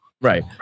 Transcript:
Right